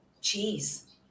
cheese